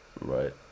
right